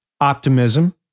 optimism